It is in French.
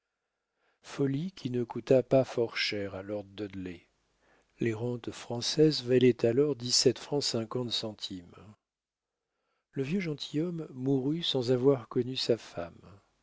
folie qui ne coûta pas fort cher à lord dudley les rentes françaises valaient alors dix-sept francs cinquante centimes le vieux gentilhomme mourut sans avoir connu sa femme